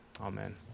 amen